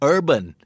Urban